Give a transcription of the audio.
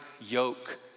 yoke